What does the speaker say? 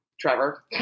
Trevor